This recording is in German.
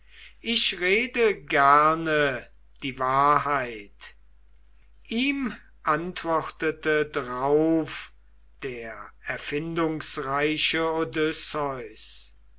ich rede gerne die wahrheit ihm antwortete drauf der erfindungsreiche